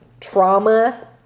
Trauma